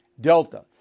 Delta